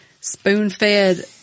spoon-fed